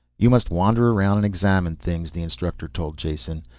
you must wander around and examine things, the instructor told jason.